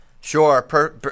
sure